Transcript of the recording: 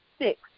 six